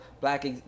black